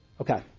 Okay